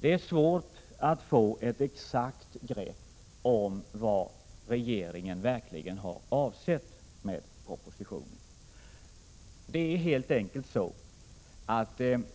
Det är svårt att få något exakt grepp om vad regeringen verkligen har avsett med propositionen.